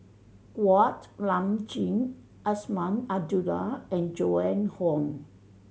Kuak Nam Jin Azman Abdullah and Joan Hon